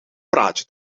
praatje